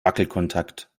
wackelkontakt